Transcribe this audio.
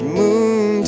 moon